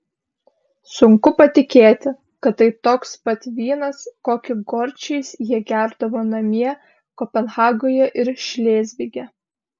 sunku patikėti kad tai toks pat vynas kokį gorčiais jie gerdavo namie kopenhagoje ir šlėzvige